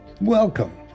welcome